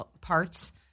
parts